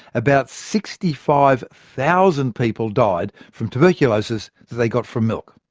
about sixty five thousand people died from tuberculosis they got from milk.